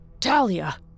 Talia